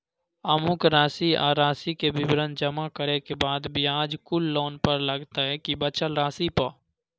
अमुक राशि आ राशि के विवरण जमा करै के बाद ब्याज कुल लोन पर लगतै की बचल राशि पर?